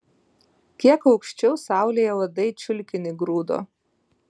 kiek aukščiau saulėje uodai čiulkinį grūdo